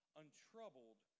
untroubled